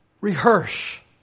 Rehearse